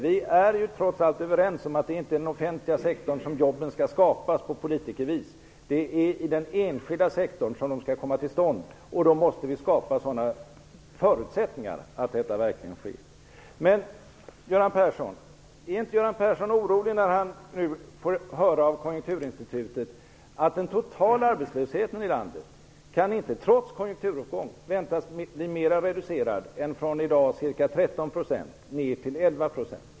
Vi är trots allt överens om att det inte är i den offentliga sektorn som jobben skall skapas på politikervis, utan det är i den enskilda sektorn som de skall komma till stånd. Då måste vi skapa sådana förutsättningar att detta verkligen sker. Är inte Göran Persson orolig när han får höra av Konjunkturinstitutet att den totala arbetslösheten i landet inte kan, trots konjunkturuppgång, väntas bli mera reducerad än från i dag ca 13 % ner till 11 %?